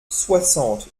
soixante